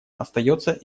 остается